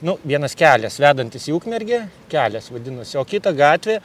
nu vienas kelias vedantis į ukmergę kelias vadinosi o kita gatvė